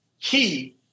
key